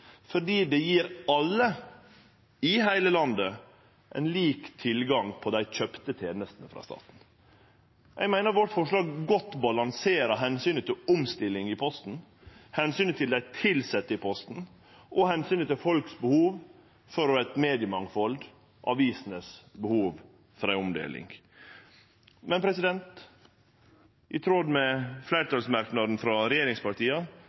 fordi det gjev alle, i heile landet, lik tilgang på dei kjøpte tenestene frå staten. Eg meiner forslaget vårt godt balanserer omsynet til omstilling i Posten, omsynet til dei tilsette i Posten, og omsynet til behovet folk har for eit mediemangfald og behovet avisene har for omdeling. Men i tråd med fleirtalsmerknaden frå regjeringspartia